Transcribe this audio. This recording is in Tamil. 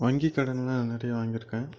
வங்கி கடன்லாம் நிறைய வாங்கியிருக்கேன்